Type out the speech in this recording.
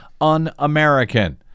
un-American